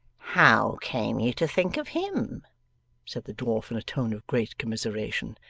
how came you to think of him said the dwarf in a tone of great commiseration.